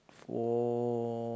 for